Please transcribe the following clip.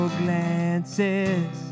glances